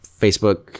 Facebook